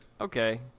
Okay